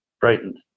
frightened